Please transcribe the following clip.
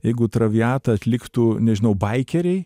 jeigu traviatą atliktų nežinau baikeriai